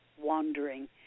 Wandering